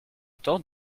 temps